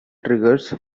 triggers